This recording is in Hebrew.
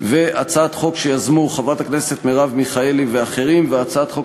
הצעת חוק שיזמו חברת הכנסת מרב מיכאלי ואחרים והצעת חוק